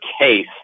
case